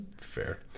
fair